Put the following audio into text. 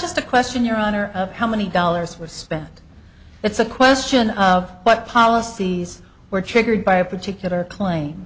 just a question your honor of how many dollars was spent it's a question of what policies were triggered by a particular claim